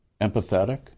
empathetic